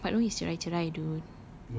arwah mak long and pak long is cerai cerai dude